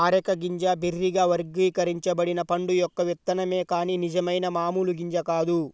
areca గింజ బెర్రీగా వర్గీకరించబడిన పండు యొక్క విత్తనమే కాని నిజమైన మామూలు గింజ కాదు